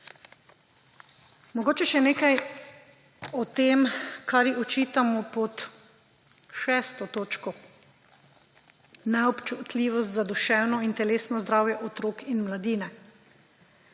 Mogoče še nekaj o tem, kar ji očitamo pod 6. točko, neobčutljivost za duševno in telesno zdravje otrok in mladine.